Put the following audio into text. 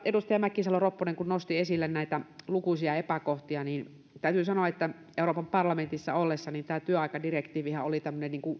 edustaja mäkisalo ropponen nosti esille näitä lukuisia epäkohtia niin täytyy sanoa että euroopan parlamentissa ollessani tämä työaikadirektiivihän oli tämmöinen